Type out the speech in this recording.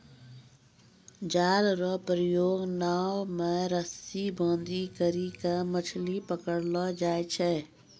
जाल रो प्रयोग नाव मे रस्सी बांधी करी के मछली पकड़लो जाय छै